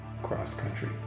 cross-country